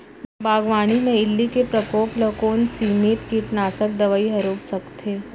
बागवानी म इल्ली के प्रकोप ल कोन सीमित कीटनाशक दवई ह रोक सकथे?